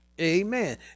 Amen